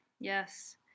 Yes